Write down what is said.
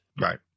right